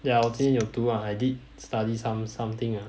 ya 我今天有读 ah I did study some~ something ah